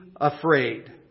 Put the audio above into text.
afraid